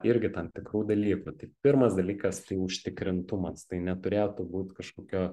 irgi tam tikrų dalykų tai pirmas dalykas tai užtikrintumas tai neturėtų būt kažkokio